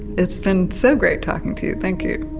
it's been so great talking to you, thank you.